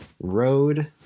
Road